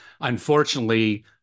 unfortunately